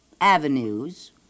avenues